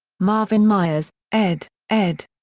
marvin myers, ed, ed.